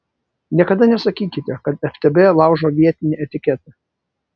niekada nesakykite kad ftb laužo vietinį etiketą